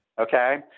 Okay